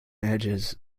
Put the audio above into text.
edges